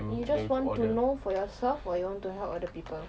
you just want to know for yourself or you want to help other people